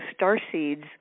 starseeds